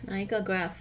哪一个 graph